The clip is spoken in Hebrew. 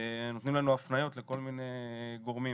נותנים לנו הפניות לכל מיני גורמים.